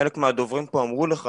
חלק מהדוברים פה אמרו לך